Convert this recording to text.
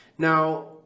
Now